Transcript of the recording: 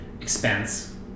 expense